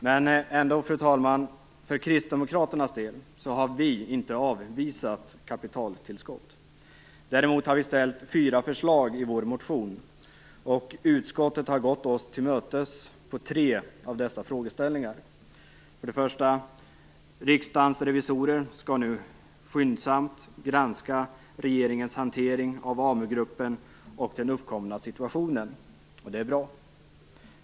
Men, fru talman, vi i Kristdemokraterna har inte avvisat kapitaltillskott. Däremot har vi ställt fyra förslag i vår motion. Utskottet har gått oss till mötes i tre av dessa frågeställningar. För det första skall Riksdagens revisorer nu skyndsamt granska regeringens hantering av Amugruppen och den uppkomna situationen. Det är bra.